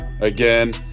again